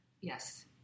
yes